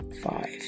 five